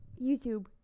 YouTube